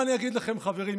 מה אני אגיד לכם, חברים?